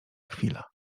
chwila